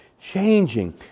changing